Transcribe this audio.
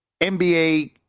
NBA